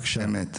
אמת.